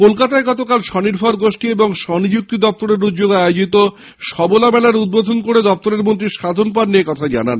কলকাতায় গতকাল স্বনির্ভর গোষ্ঠী ও স্বনিযুক্তি দপ্তরের উদ্যোগে আয়োজিত সবলা মেলার উদ্বোধন করে দপ্তরের মন্ত্রী সাধন পান্ডে একথা জানান